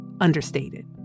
understated